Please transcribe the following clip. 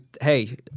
Hey